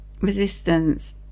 resistance